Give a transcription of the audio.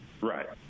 Right